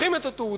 לוקחים את התעודה,